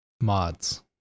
mods